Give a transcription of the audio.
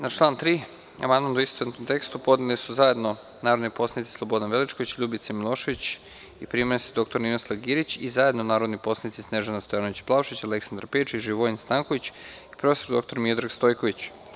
Na član 3. amandman u istovetnom tekstu podneli su zajedno narodni poslanici Slobodan Veličković, Ljubica Milošević i prim. dr Ninoslav Girić i zajedno narodni poslanici Snežana Stojanović Plavšić, Aleksandar Pejčić, Živojin Stanković i prof. dr Miodrag Stojković.